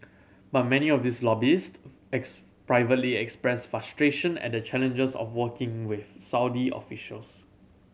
but many of these lobbyist privately express frustration at the challenges of working with Saudi officials